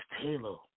Taylor